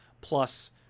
Plus